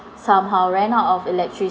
somehow ran out of elec~